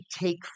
take